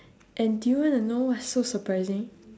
and do you want to know what's so surprising